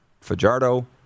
Fajardo